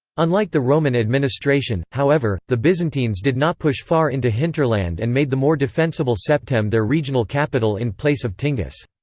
unlike the roman administration, however, the byzantines did not push far into hinterland and made the more defensible septem their regional capital in place of tingis.